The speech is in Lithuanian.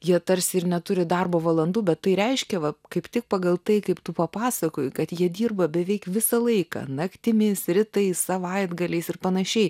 jie tarsi ir neturi darbo valandų bet tai reiškia va kaip tik pagal tai kaip tu papasakojai kad jie dirba beveik visą laiką naktimis rytais savaitgaliais ir panašiai